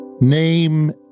Name